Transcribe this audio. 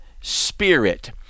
spirit